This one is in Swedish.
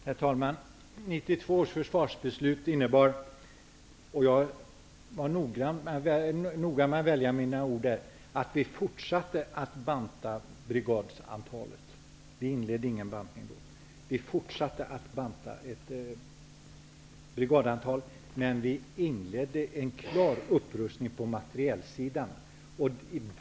Herr talman! 1992 års försvarsbeslut innebar -- och jag är noga med att välja mina ord -- att vi fortsatte att banta brigadantalet. Vi inledde ingen bantning -- vi fortsatte att banta brigadantalet. Men vi inledde en klar upprustning på materielsidan.